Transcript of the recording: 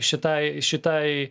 šitai šitai